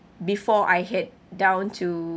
before I head down to